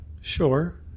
Sure